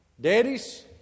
Daddies